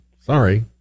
Sorry